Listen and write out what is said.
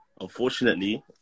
unfortunately